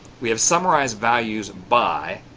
we have summarized values by,